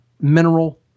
mineral